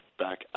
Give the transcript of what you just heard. Back